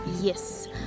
Yes